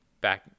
back